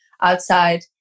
outside